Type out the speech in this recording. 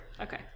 Okay